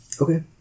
Okay